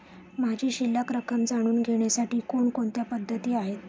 माझी शिल्लक रक्कम जाणून घेण्यासाठी कोणकोणत्या पद्धती आहेत?